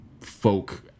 folk